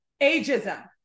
ageism